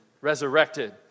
resurrected